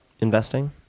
investing